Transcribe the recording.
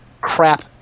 crap